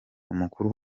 umukuru